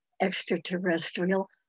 extraterrestrial